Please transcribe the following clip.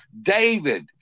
David